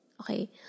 okay